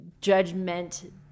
judgment